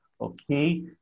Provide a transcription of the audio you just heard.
okay